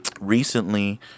recently